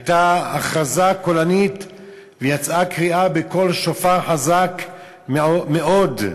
הייתה הכרזה קולנית ויצאה קריאה בקול שופר חזק מאוד,